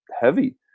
heavy